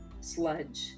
sludge